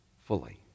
fully